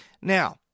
Now